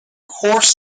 course